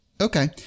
Okay